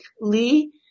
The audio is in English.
Lee